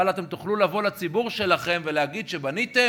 אבל אתם תוכלו לבוא לציבור שלכם ולהגיד שבניתם,